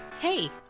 Hey